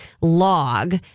log